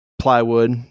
plywood